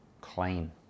clean